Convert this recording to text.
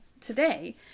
today